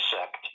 sect